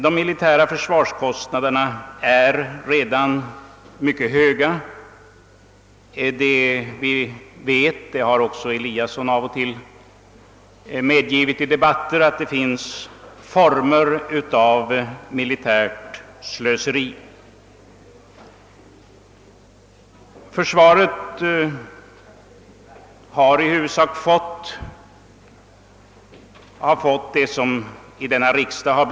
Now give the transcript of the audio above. De militära försvarskostnaderna är redan mycket höga. Också herr Eliasson har av och till i debatter medgivit att det förekommer olika former av militärt slöseri. Försvaret har fått de medel som riksdagen beslutat om för innevarande budgetår.